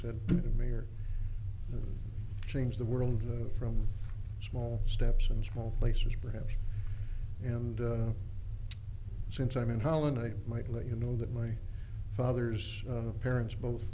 said to me or change the world from small steps and small places perhaps and since i'm in holland i might let you know that my father's parents both